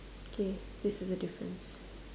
okay this is a difference